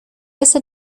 ese